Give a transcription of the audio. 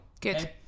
Good